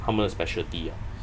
他们的 specialty uh